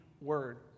word